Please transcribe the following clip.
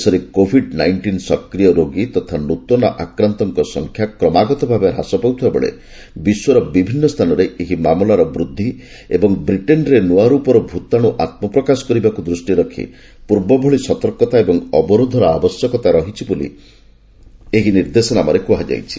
ଦେଶରେ Covid nineteen ସକ୍ରିୟ ରୋଗୀ ତଥା ନୃତନ ଆକ୍ରାନ୍ତଙ୍କ ସଂଖ୍ୟା କ୍ରମାଗତ ଭାବେ ହ୍ରାସ ପାଉଥିବାବେଳେ ବିଶ୍ୱର ବିଭିନ୍ନ ସ୍ଥାନରେ ଏହି ମାମଲାର ବୃଦ୍ଧି ଏବଂ ବ୍ରିଟେନ୍ରେ ନୂଆ ରୂପର ଭୂତାଣୁ ଆତ୍କପ୍ରକାଶ କରିବାକୁ ଦୃଷ୍ଟିରେ ରଖି ପୂର୍ବଭଳି ସତର୍କତା ଓ ଅବରୋଧର ଆବଶ୍ୟକତା ରହିଛି ବୋଲି ଏହି ନିର୍ଦ୍ଦେଶନାମାରେ କୁହାଯାଇଛି